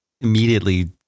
immediately